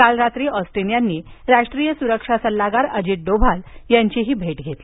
काल रात्री ऑस्टिन यांनी राष्ट्रीय सुरक्षा सल्लागार अजित डोभाल यांचीही भेट घेतली